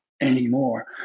anymore